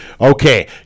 Okay